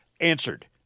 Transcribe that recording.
answered